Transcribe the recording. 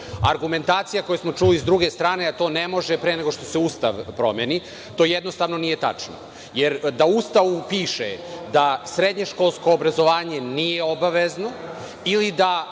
obaveznim. Argumentacija koju smo čuli s druge strane da to ne može pre nego što se Ustav promeni, to jednostavno nije tačno. Jer, da u Ustavu piše da srednjoškolsko obrazovanje nije obavezno ili da